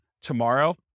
tomorrow